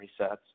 resets